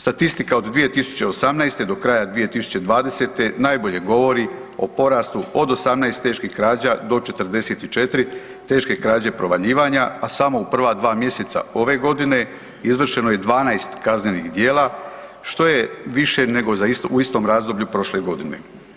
Statistika od 2018. do kraja 2020. najbolje govori o porastu od 18 teških krađa do 44 teške krađe provaljivanja, a samo u prva dva mjeseca ove godine izvršeno je 12 kaznenih djela, što je više nego u istom razdoblju prošle godine.